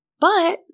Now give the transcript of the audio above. But-